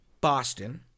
Boston